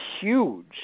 huge